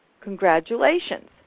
congratulations